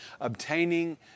obtaining